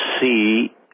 see